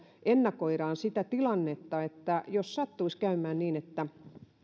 ennakoidaan sitä tilannetta jos sattuisi käymään niin että